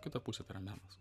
kita pusė tai yra menas